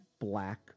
black